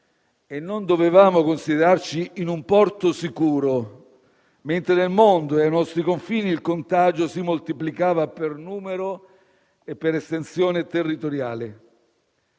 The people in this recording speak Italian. e non dovevamo considerarci in un porto sicuro, mentre nel mondo e ai nostri confini il contagio si moltiplicava per numero e per estensione territoriale.